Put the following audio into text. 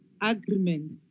agreement